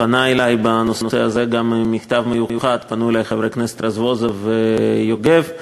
פנו אלי בנושא במכתב מיוחד גם חברי הכנסת רזבוזוב ויוגב,